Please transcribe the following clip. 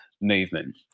movement